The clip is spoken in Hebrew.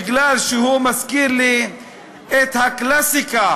מכיוון שהוא מזכיר לי את הקלאסיקה